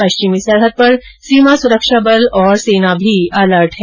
पश्चिमी सरहद पर सीमा सुरक्षा बल और सेना भी अलर्ट हैं